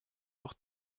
auch